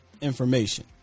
information